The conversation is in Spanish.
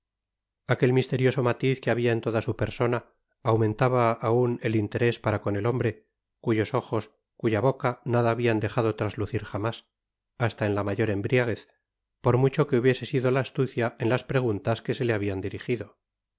aquel misterioso matiz que habia en toda su persona aumentaba aun el interés para con el hombre cuyos ojos cuya boca nada habian dejado traslucir jamás hasta en la mayor embriaguez por mucho que hubiese sido la astucia en las preguntas que se le habian dirigido